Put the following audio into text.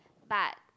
but